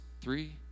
Three